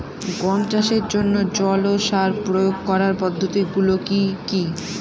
গম চাষের জন্যে জল ও সার প্রয়োগ করার পদ্ধতি গুলো কি কী?